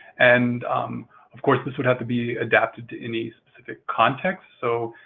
and of course, this would have to be adapted to any specific context. so,